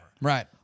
Right